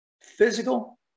physical